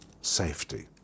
safety